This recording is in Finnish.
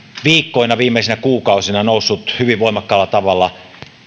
viikkoina viimeisinä kuukausina noussut hyvin voimakkaalla tavalla